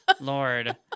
Lord